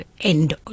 end